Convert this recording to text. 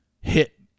hit